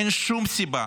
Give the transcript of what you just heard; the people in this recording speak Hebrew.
אין שום סיבה